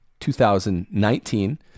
2019